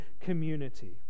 community